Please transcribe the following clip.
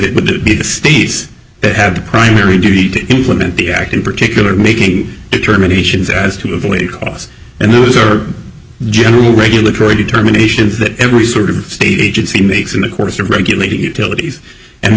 it would be the states that have the primary duty to implement the act in particular making determinations as to avoid cause and these are general regulatory determinations that every sort of state agency makes in the course of regulated utility and